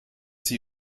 sie